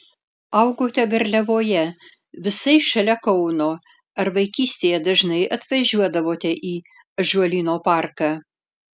augote garliavoje visai šalia kauno ar vaikystėje dažnai atvažiuodavote į ąžuolyno parką